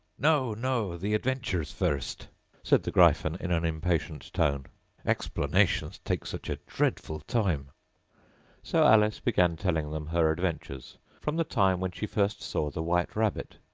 no, no! the adventures first said the gryphon in an impatient tone explanations take such a dreadful time so alice began telling them her adventures from the time when she first saw the white rabbit.